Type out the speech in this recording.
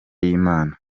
y’imana